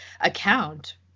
account